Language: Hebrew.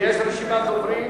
יש רשימת דוברים.